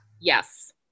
yes